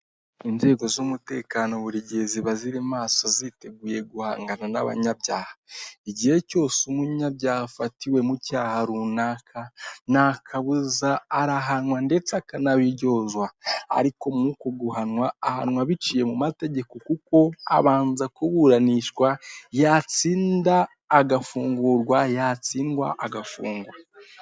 Inzego z'umutekano buri gihe ziba ziri maso ziteguye guhangana n'abanyabyaha igihe cyose umunyabyafatiwe mu cyaha runaka ntakabuza arahanwa ndetse akanabiryozwa ariko mu guhanwa ahanwa biciye mu mategeko kuko abanza kuburanishwa yatsinda agafungurwa yatsindwa agafungwa.